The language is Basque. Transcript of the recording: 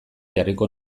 jarriko